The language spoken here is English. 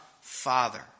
Father